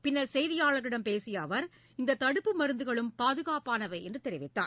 பின்னர் செய்தியாளர்களிடம் பேசிய அவர் இந்த தடுப்பு மருந்துகளும் பாதுகாப்பானவை என்று தெரிவித்தார்